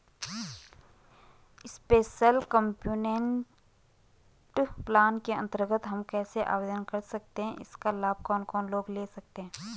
Special component plan के अन्तर्गत हम कैसे आवेदन कर सकते हैं इसका लाभ कौन कौन लोग ले सकते हैं?